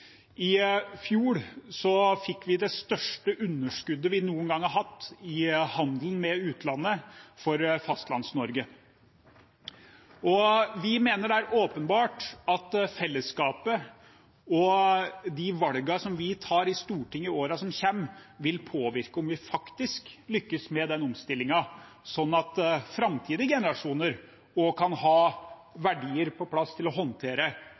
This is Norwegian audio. I fjor fikk vi det største underskuddet vi noen gang har hatt i handelen med utlandet for Fastlands-Norge. Vi mener det er åpenbart at fellesskapet og de valgene vi tar i Stortinget i årene som kommer, vil påvirke om vi faktisk lykkes med den omstillingen, sånn at framtidige generasjoner også kan ha verdier på plass til å håndtere